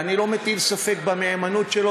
ואני לא מטיל ספק במהימנות שלו,